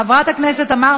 הצעת החוק לא התקבלה.